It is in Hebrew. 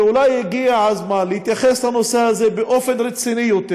שאולי הגיע הזמן להתייחס לנושא הזה באופן רציני יותר,